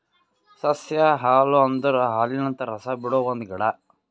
ಸಸ್ಯ ಹಾಲು ಅಂದುರ್ ಹಾಲಿನಂತ ರಸ ಬಿಡೊ ಒಂದ್ ಗಿಡ